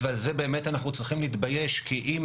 ברור שזה מתבקש כאן,